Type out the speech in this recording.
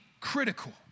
critical